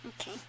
okay